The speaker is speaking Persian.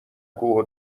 کوه